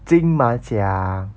金马奖